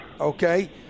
okay